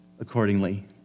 accordingly